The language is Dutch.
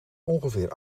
ongeveer